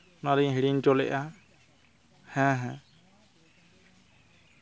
ᱚᱱᱟᱞᱤᱧ ᱦᱤᱲᱤᱧ ᱦᱚᱴᱚ ᱞᱮᱫᱟ ᱦᱮᱸ ᱦᱮᱸ